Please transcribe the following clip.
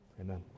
Amen